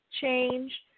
change